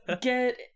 get